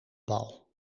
bal